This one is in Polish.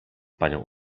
panią